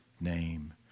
name